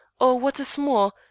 or what is more,